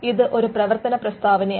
ഇത് ഒരു പ്രവർത്തന പ്രസ്താവനയാണ്